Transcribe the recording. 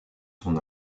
son